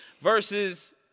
versus